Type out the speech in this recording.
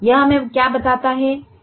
यह हमें क्या बताता है